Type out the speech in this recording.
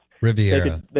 Riviera